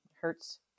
Hurts